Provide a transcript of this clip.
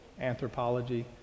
anthropology